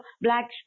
black